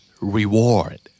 reward